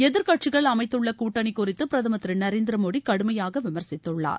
எதிர்க்கட்சிகள் அமைத்துள்ள கூட்டணி குறித்து பிரதமர் திரு நரேந்திர மோடி கடுமையாக விமர்சித்துள்ளார்